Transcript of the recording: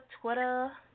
Twitter